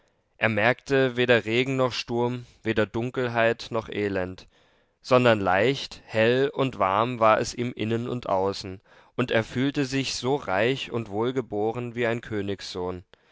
er merkte weder regen noch sturm weder dunkelheit noch elend sondern leicht hell und warm war es ihm innen und außen und er fühlte sich so reich und wohlgeborgen wie ein